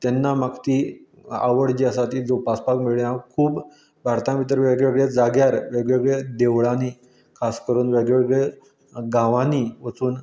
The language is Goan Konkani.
तेन्ना म्हाका तीं आवड जी आसा तीं जोपासपाक मेळ्ळी हांव खूब भारतां भितर वेगवेगळे जाग्यार वेगवेगळ्या देवळांनी खास करून वेगवेगळे गांवांनी वचून